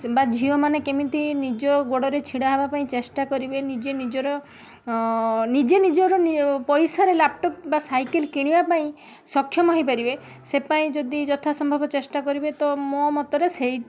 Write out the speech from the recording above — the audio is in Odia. କିମ୍ବା ଝିଅମାନେ କେମିତି ନିଜ ଗୋଡ଼ରେ ଛିଡ଼ା ହେବାପାଇଁ ଚେଷ୍ଟା କରିବେ ନିଜେ ନିଜର ନିଜେ ନିଜର ପଇସା ରେ ଲାପଟପ୍ ବା ସାଇକେଲ୍ କିଣିବା ପାଇଁ ସକ୍ଷମ ହେଇପାରିବେ ସେ ପାଇଁ ଯଦି ଯଥା ସମ୍ଭବ ଚେଷ୍ଟା କରିବେ ତ ମୋ ମତରେ ସେଇ